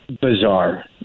bizarre